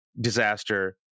disaster